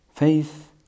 Faith